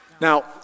Now